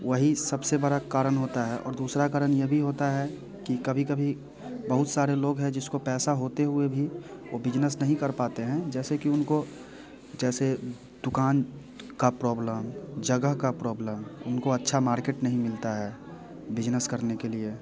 वही सबसे बड़ा कारण होता है और दूसरा कारण यह भी होता है कि कभी कभी बहुत सारे लोग है जिसको पैसा होते हुए भी वो बिजनेस नहीं कर पाते हैं जैसे कि उनको जैसे दुकान का प्रोब्लम जगह का प्रोब्लम उनको अच्छा मार्केट नहीं मिलता है बिजनेस करने के लिए